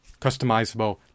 customizable